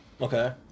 Okay